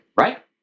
right